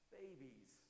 babies